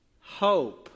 Hope